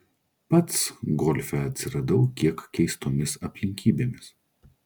pats golfe atsiradau kiek keistomis aplinkybėmis